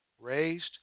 raised